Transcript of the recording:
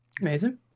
Amazing